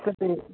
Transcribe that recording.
गोदै